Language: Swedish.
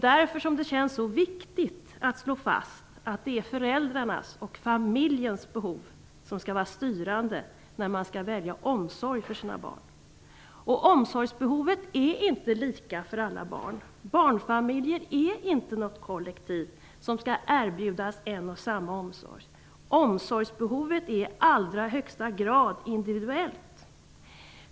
Därför känns det så viktigt att slå fast att det är föräldrarnas och familjens behov som skall vara styrande när man väljer omsorg för sina barn. Omsorgsbehovet är inte lika för alla barn. Barnfamiljer är inte något kollektiv som skall erbjudas en och samma typ av omsorg. Omsorgsbehovet är i allra högsta grad individuellt.